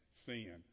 sin